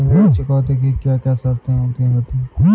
ऋण चुकौती की क्या क्या शर्तें होती हैं बताएँ?